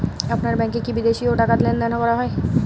আপনার ব্যাংকে কী বিদেশিও টাকা লেনদেন করা যায়?